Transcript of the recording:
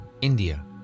India